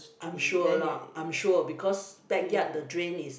I am sure lah I am sure because backyard the drain is